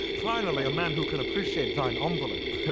finally a man who can appreciate thyne envelope